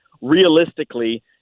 realistically